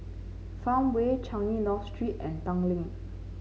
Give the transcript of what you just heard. Farmway Changi North Street and Tanglin